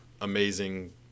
amazing